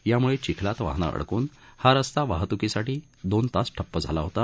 त्यामुळे चिखलात वाहनं अडकून हा रस्ता वाहतुकीसाठी दोन एक तास ठप्प झाला होता